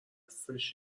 دستش